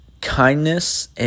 kindness